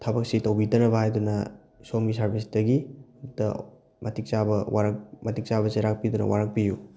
ꯊꯕꯛꯁꯤ ꯇꯧꯕꯤꯗꯅꯕ ꯍꯥꯏꯗꯨꯅ ꯁꯣꯝꯒꯤ ꯁꯥꯔꯚꯤꯁꯇꯒꯤ ꯑꯝꯇ ꯃꯇꯤꯛ ꯆꯥꯕ ꯋꯥꯔꯛ ꯃꯇꯤꯛ ꯆꯥꯕ ꯆꯩꯔꯥꯛ ꯄꯤꯗꯨꯅ ꯋꯥꯔꯛꯄꯤꯌꯨ